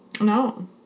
no